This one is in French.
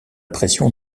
pression